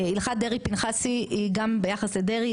שהלכת דרעי פנחסי היא גם ביחס לדרעי,